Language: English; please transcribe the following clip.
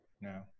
No